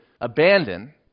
abandon